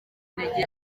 intege